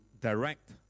direct